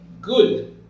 good